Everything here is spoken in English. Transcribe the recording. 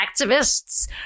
activists